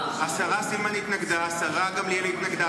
השרה גמליאל התנגדה,